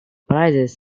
prices